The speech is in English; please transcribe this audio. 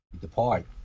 depart